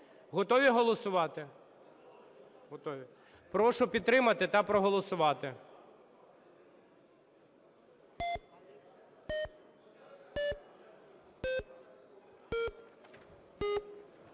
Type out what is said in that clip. Готові голосувати? Готові. Прошу підтримати та проголосувати.